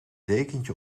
dekentje